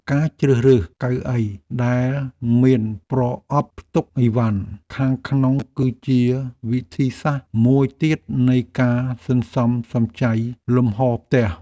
ការជ្រើសរើសកៅអីដែលមានប្រអប់ផ្ទុកឥវ៉ាន់ខាងក្នុងគឺជាវិធីសាស្ត្រមួយទៀតនៃការសន្សំសំចៃលំហរផ្ទះ។